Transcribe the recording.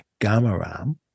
Gamaram